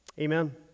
Amen